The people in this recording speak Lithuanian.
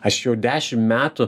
aš jau dešim metų